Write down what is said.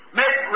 make